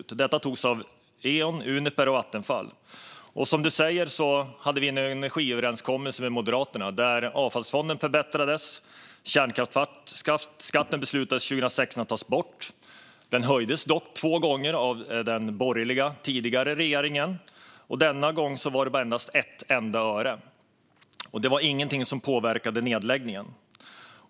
Det var beslut som togs av Eon, Uniper, och Vattenfall. Precis som ledamoten säger hade vi en energiöverenskommelse med Moderaterna, där avfallsfonden förbättrades. Kärnkraftsskatten beslutade man att ta bort 2016. Den höjdes dock två gånger av den tidigare borgerliga regeringen. Denna gång var det bara ett öre det handlade om. Det var ingenting som påverkade nedläggningen.